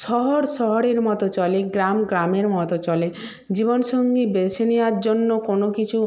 শহর শহরের মতো চলে গ্রাম গ্রামের মতো চলে জীবনসঙ্গী বেছে নেওয়ার জন্য কোনো কিছু